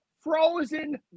frozen